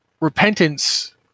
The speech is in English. repentance